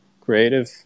creative